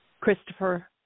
Christopher